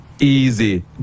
easy